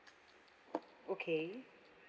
okay